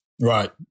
Right